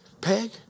peg